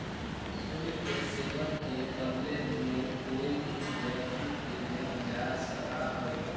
शुल्क के सेववन के बदले में कोई भी व्यक्ति के देल जा सका हई